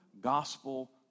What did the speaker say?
gospel